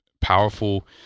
powerful